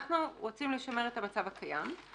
אנחנו רוצים לשמר את המצב הקיים,